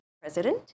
president